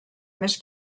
més